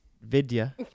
Vidya